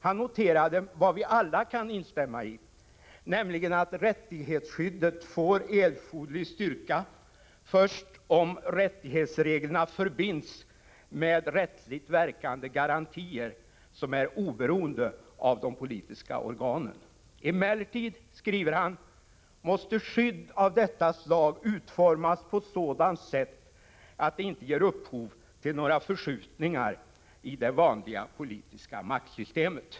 Han noterade vad vi alla kan instämma i, nämligen att rättighetsskyddet får erforderlig styrka först om rättighetsreg lerna förbinds med rättsligt verkande garantier som är oberoende av de politiska organen. Emellertid, skriver Romanus, måste skydd av detta slag utformas på sådant sätt att det inte ger upphov till några förskjutningar i det vanliga politiska maktsystemet.